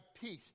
peace